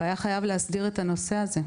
היינו חייבים להסדיר את הנושא הזה.